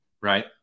right